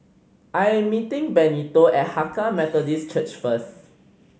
I am meeting Benito at Hakka Methodist Church first